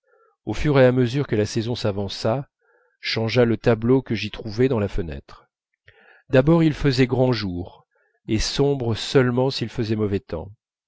au fur et à mesure que la saison s'avança changea le tableau que j'y trouvais dans la fenêtre d'abord il faisait grand jour et sombre seulement s'il faisait mauvais temps